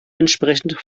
entsprechend